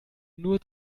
nur